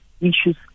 issues